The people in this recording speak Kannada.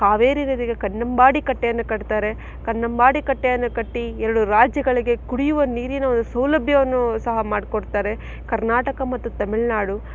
ಕಾವೇರಿ ನದಿಗೆ ಕನ್ನಂಬಾಡಿ ಕಟ್ಟೆಯನ್ನು ಕಟ್ತಾರೆ ಕನ್ನಂಬಾಡಿ ಕಟ್ಟೆಯನ್ನು ಕಟ್ಟಿ ಎರಡು ರಾಜ್ಯಗಳಿಗೆ ಕುಡಿಯುವ ನೀರಿನ ಒಂದು ಸೌಲಭ್ಯವನ್ನು ಸಹ ಮಾಡ್ಕೊಡ್ತಾರೆ ಕರ್ನಾಟಕ ಮತ್ತು ತಮಿಳುನಾಡು